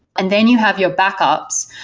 and then you have your backups,